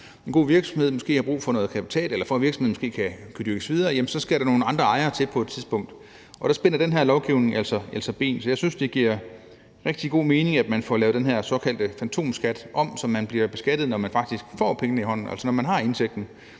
en god virksomhed og måske har brug for ny kapital, måske for at virksomheden kan drives videre, så skal der nogle andre ejere til på et tidspunkt, og der spænder den her lovgivning altså ben. Så jeg synes, det giver rigtig god mening, at man får lavet den her såkaldte fantomskat om, så man bliver beskattet, når man faktisk får pengene i hånden, altså når man har indtægten,